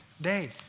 day